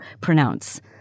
pronounce